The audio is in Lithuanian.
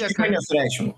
tikrai nesureikšminu